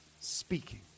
speaking